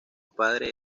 padre